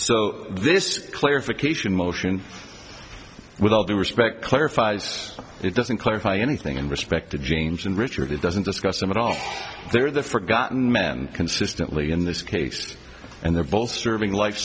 so this clarification motion with all due respect clarifies it doesn't clarify anything in respect to james and richard it doesn't discuss them at all they're the forgotten man consistently in this case and they're both serving life